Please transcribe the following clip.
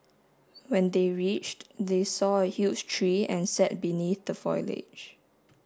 when they reached they saw a huge tree and sat beneath the foliage